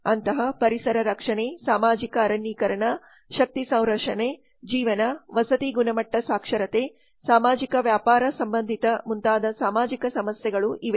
ಅಂತಹ ಪರಿಸರ ರಕ್ಷಣೆ ಸಾಮಾಜಿಕ ಅರಣ್ಯೀಕರಣ ಶಕ್ತಿ ಸಂರಕ್ಷಣೆ ಜೀವನ ವಸತಿ ಗುಣಮಟ್ಟ ಸಾಕ್ಷರತೆ ಸಾಮಾಜಿಕ ವ್ಯಾಪಾರ ಸಂಬಂಧಿತ ಮುಂತಾದ ಸಾಮಾಜಿಕ ಸಮಸ್ಯೆಗಳು ಇವೆ